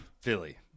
Philly